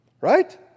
right